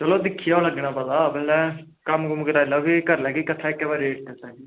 चलो दिक्खियै लग्गना पता तुंदा कम्म कराई लैओ भी इक्क बारी करी लैगे रेट किट्ठा